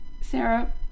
Sarah